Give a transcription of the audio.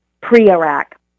pre-Iraq